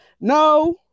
No